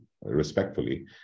respectfully